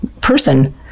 person